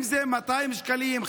אם זה 200 שקלים,